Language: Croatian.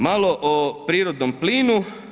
Malo o prirodnom plinu.